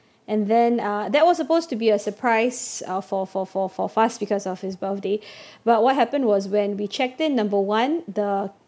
and then uh that was supposed to be a surprise uh for for for for Faz because of his birthday but what happened was when we checked tin number one the